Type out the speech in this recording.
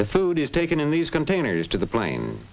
the food is taken in these containers to the plane